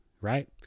right